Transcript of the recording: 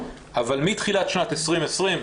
אבל מתחילת שנת 2020,